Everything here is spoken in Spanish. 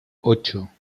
ocho